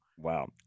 Wow